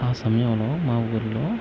ఆ సమయంలో మా ఊళ్ళో